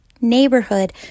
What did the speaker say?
neighborhood